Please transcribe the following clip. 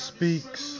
Speaks